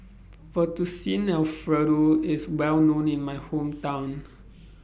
Fettuccine Alfredo IS Well known in My Hometown